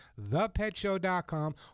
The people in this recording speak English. thepetshow.com